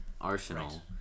Arsenal